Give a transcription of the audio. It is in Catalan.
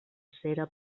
cera